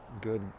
good